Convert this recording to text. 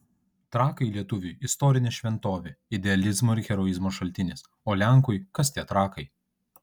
trakai lietuviui istorinė šventovė idealizmo ir heroizmo šaltinis o lenkui kas tie trakai